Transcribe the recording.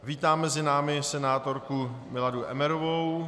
Vítám mezi námi senátorku Miladu Emmerovou.